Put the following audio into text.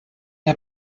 der